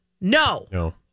No